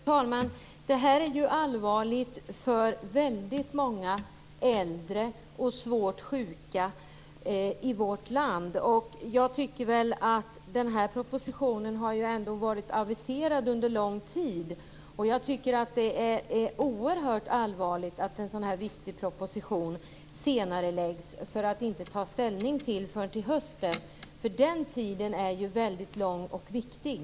Fru talman! Detta är allvarligt för väldigt många äldre och svårt sjuka i vårt land. Den här propositionen har ju ändå varit aviserad under lång tid. Jag tycker att det är oerhört allvarligt att en sådan viktig proposition senareläggs så att vi inte kan ta ställning till den förrän till hösten. Den tiden är ju väldigt lång och viktig.